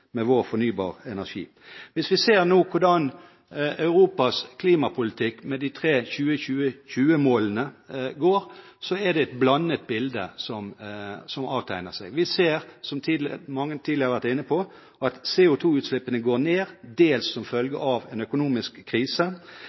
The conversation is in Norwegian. med vår fornybare energi. Hvis vi nå ser hvordan Europas klimapolitikk med de tre 2020-målene går, er det et blandet bilde som avtegner seg. Vi ser, som mange tidligere har vært inne på, at CO2-utslippene går ned, dels som følge av en økonomisk krise.